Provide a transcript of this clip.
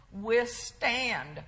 withstand